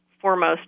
foremost